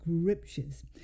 scriptures